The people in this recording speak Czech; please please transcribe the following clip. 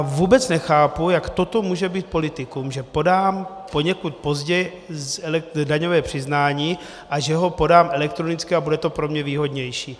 Vůbec nechápu, jak toto může být politikum, že podám poněkud později daňové přiznání a že ho podám elektronicky a bude to pro mě výhodnější.